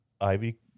Ivy